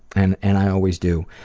and and i always do.